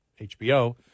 HBO